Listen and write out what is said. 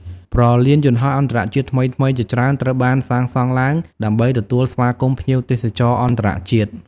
ព្រលានយន្តហោះអន្តរជាតិថ្មីៗជាច្រើនត្រូវបានសាងសង់ឡើងដើម្បីទទួលស្វាគមន៍ភ្ញៀវទេសចរអន្តរជាតិ។